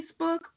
Facebook